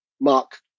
mark